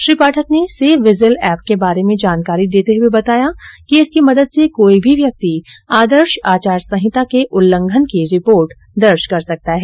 श्री पाठक ने C vigil app के बारे में जानकारी देते हुए बताया कि इसकी मदद से कोई भी व्यक्ति आदर्श आचार संहिता के उल्लंघन की रिपोर्ट कर सकता है